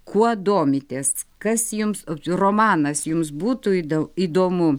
kuo domitės kas jums romanas jums būtų įdo įdomu